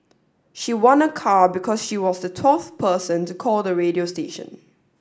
she won a car because she was the twelfth person to call the radio station